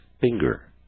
finger